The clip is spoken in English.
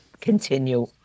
continue